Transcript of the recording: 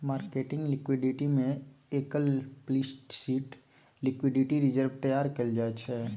marketing liquidity में explicit liquidity reserve तैयार कएल जाइ छै